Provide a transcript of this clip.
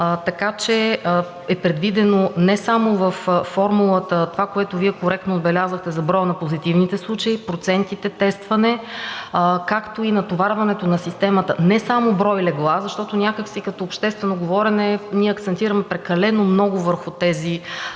Така че е предвидено не само във формулата. Това, което Вие коректно отбелязахте за броя на позитивните случаи, процентите тестване, както и натоварването на системата – не само брой легла, защото някак си като обществено говорене ние акцентираме прекалено много върху тези